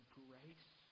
grace